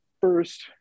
first